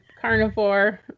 carnivore